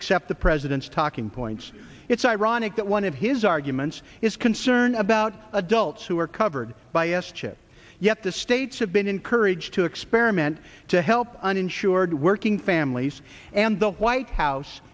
accept the president's talking points it's ironic that one of his arguments is concerned about adults who are covered by s chip yet the states have been encouraged to experiment to help uninsured working families and the white house